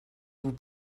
vous